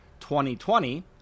2020